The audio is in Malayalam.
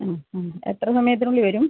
ആ ആ എത്ര സമയത്തിനുള്ളിൽ വരും